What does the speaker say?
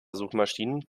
suchmaschinen